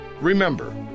Remember